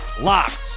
Locked